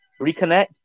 reconnect